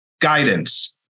guidance